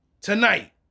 tonight